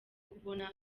kubona